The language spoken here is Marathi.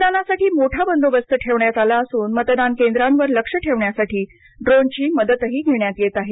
मतदानासाठी मोठा बंदोबस्त ठेवण्यात आला असून मतदान केंद्रांवर लक्ष ठेवण्यासाठी ड्रोनची मदतही घेण्यात येत आहे